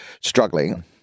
struggling